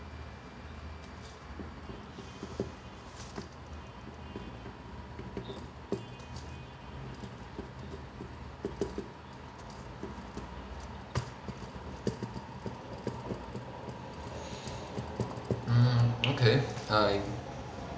mm okay I